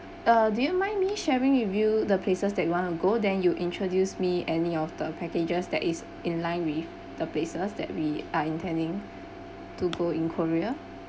uh do you mind me sharing with you the places that we want to go then you introduce me any of the packages that is in line with the places that we are intending to go in korea